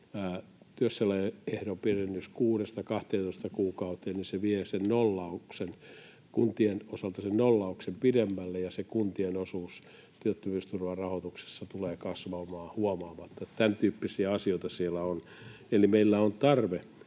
työssäoloehdon pidennys 6:sta 12 kuukauteen vie kuntien osalta sen nollauksen pidemmälle, ja se kuntien osuus työttömyysturvan rahoituksessa tulee kasvamaan huomaamatta. Tämäntyyppisiä asioita siellä on, eli meillä on tarve